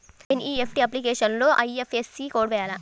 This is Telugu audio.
ఎన్.ఈ.ఎఫ్.టీ అప్లికేషన్లో ఐ.ఎఫ్.ఎస్.సి కోడ్ వేయాలా?